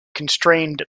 constrained